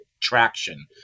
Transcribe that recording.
traction